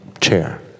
chair